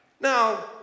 Now